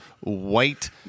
White